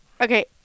Okay